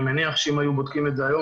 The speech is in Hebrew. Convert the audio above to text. אני מניח שאם היו בודקים את זה היום